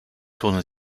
tourne